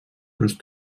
ens